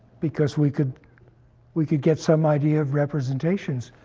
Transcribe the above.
because we could we could get some idea of representations.